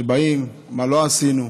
שבאים, מה לא עשינו,